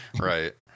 Right